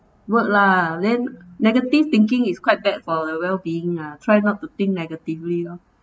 what lah then negative thinking is quite bad for your well-being lah try not to think negatively lor